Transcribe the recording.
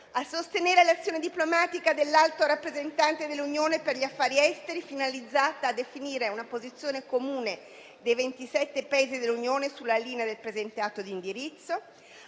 a sostenere l'azione diplomatica dell'Alto rappresentante dell'Unione per gli affari esteri, finalizzata a definire una posizione comune dei 27 Paesi dell'Unione sulla linea del presente atto d'indirizzo;